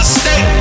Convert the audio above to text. stay